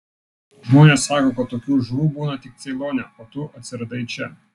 žmonės sako kad tokių žuvų būna tik ceilone o tu atsiradai čia